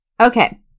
Okay